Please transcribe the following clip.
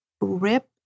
rip